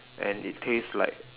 and it taste like